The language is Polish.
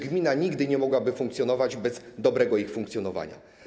Gmina nigdy nie mogłaby wręcz funkcjonować bez dobrego ich funkcjonowania.